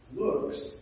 looks